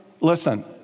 listen